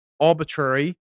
arbitrary